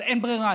אבל אין ברירה,